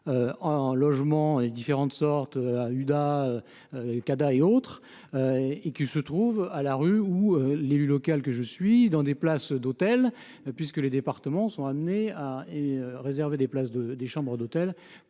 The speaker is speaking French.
en logement et différentes sortes Huda Cada et autres et qui se trouve à la rue ou l'élu local que je suis dans des places d'hôtel puisque les départements sont amenés à et réserver des places de des chambres d'hôtel